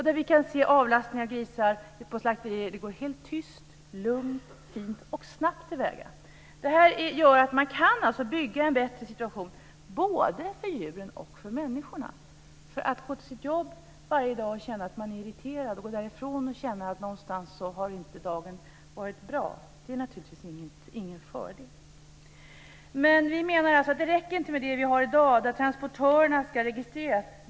De visar avlastning av grisar på slakterier som går helt tyst, lugnt, fint och snabbt till väga. Vi kan alltså bygga en bättre situation både för djur och för människor. Att gå till sitt jobb varje dag och känna att man är irriterad och att gå därifrån och känna att dagen inte har varit bra är naturligtvis ingen fördel. Vi menar alltså att det inte räcker med det vi har i dag. Det räcker inte med att transportörerna ska registreras.